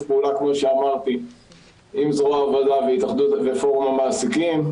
פעולה כמו שאמרתי עם זרוע העבודה ופורום המעסיקים,